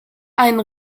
einen